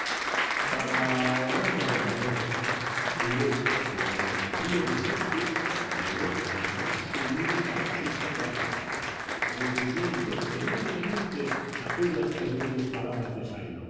para ahorrarme de razones diré que como el judío de shakespeare llegó al más sublime paroxismo trágico repitiendo frenéticamente aquellas terribles palabras de